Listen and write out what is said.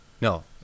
no